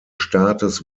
staates